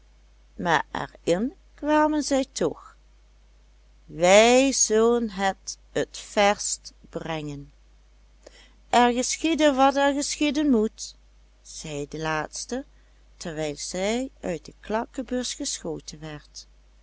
maar er in kwamen zij toch wij zullen het t verst brengen er geschiede wat er geschieden moet zei de laatste terwijl zij uit de klakkebus geschoten werd